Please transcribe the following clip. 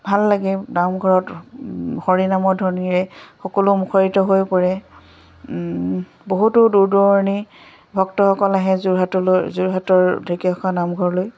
ভাল লাগে নামঘৰত হৰিনামৰ ধ্বনীৰে সকলো মুখৰিত হৈ পৰে বহুতো দূৰ দূৰণি ভক্তসকল আহে যোৰহাটলৈ যোৰহাটৰ ঢেকীয়াখোৱা নামঘৰলৈ